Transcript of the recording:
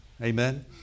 Amen